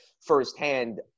firsthand